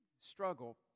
struggle